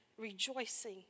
rejoicing